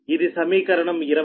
ఇది సమీకరణం 22